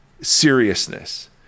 seriousness